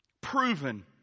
Proven